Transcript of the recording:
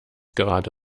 gerade